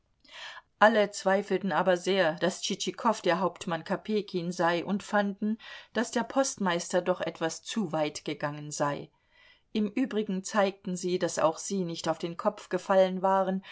alle zweifelten aber sehr daß tschitschikow der hauptmann kopejkin sei und fanden daß der postmeister doch etwas zu weit gegangen sei im übrigen zeigten sie daß auch sie nicht auf den kopf gefallen waren